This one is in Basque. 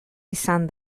izan